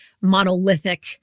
monolithic